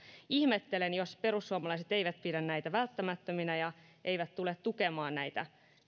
ihmettelen jos perussuomalaiset eivät pidä näitä välttämättöminä ja eivät tule tukemaan näitä